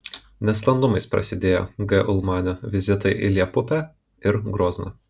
nesklandumais prasidėjo g ulmanio vizitai į liepupę ir grozną